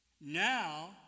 Now